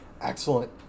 excellent